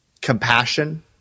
compassion